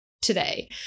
today